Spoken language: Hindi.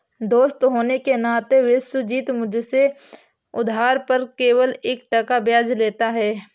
दोस्त होने के नाते विश्वजीत मुझसे उधार पर केवल एक टका ब्याज लेता है